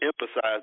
emphasize